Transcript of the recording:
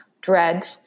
dread